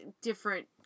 different